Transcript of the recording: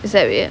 is that weird